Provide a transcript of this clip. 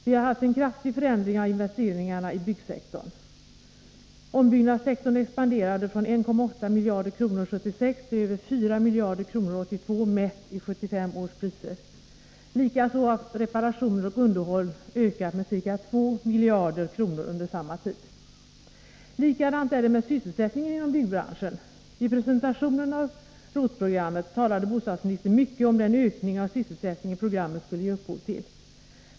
Vi har haft en kraftig förändring av investeringarna i byggsektorn. Ombyggnadssektorn expanderade från 1,8 miljarder kronor 1976 till över 4 miljarder kronor 1982, mätt i 1975 års priser. Likaså har reparationer och underhåll ökat med ca 2 miljarder kronor under samma tid. Likadant är det med sysselsättningen inom byggbranschen. Vid presentationen av ROT-programmet talade bostadsministern mycket om den ökning av sysselsättningen programmet skulle ge upphov till.